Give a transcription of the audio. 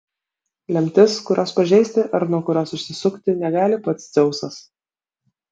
lemtis kurios pažeisti ar nuo kurios išsisukti negali pats dzeusas